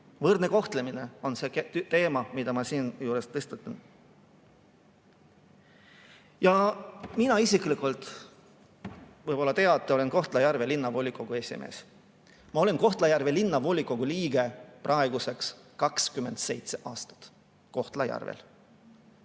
Võrdne kohtlemine on see teema, mille ma siinjuures tõstatan. Mina isiklikult, võib-olla teate, olen Kohtla-Järve Linnavolikogu esimees. Ma olen Kohtla-Järve Linnavolikogu liige praeguseks olnud 27 aastat. Kohtla-Järvel!